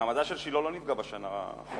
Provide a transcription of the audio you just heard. מעמדה של שילה לא נפגע בשנה האחרונה.